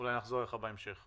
אולי נחזור אליך בהמשך.